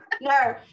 no